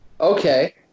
Okay